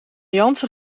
jansen